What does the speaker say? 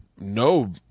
no